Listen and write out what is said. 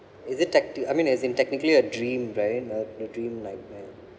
is it tech~ I mean as in technically a dream right a a dream nightmare